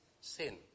sin